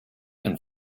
and